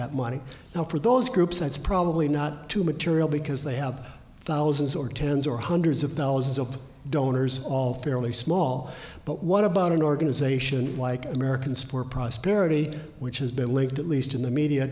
that money now for those groups that's probably not too material because they have thousands or tens or hundreds of thousands of donors all fairly small but what about an organization like american sport prosperity which has been linked at least in the media